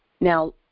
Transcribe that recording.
Now